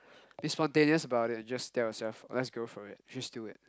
be spontaneous about it and just tell yourself let's go for it just do it